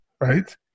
right